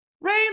Rain